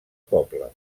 poble